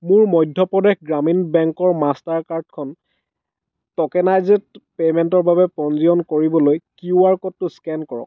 মোৰ মধ্য প্ৰদেশ গ্ৰামীণ বেংকৰ মাষ্টাৰ কাৰ্ডখন ট'কেনাইজেড পে'মেণ্টৰ বাবে পঞ্জীয়ন কৰিবলৈ কিউ আৰ ক'ডটো স্কেন কৰক